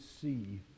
see